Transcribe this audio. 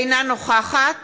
אינה נוכחת